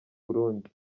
burundi